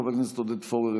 חבר הכנסת עודד פורר,